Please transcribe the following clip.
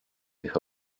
tych